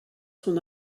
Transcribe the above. son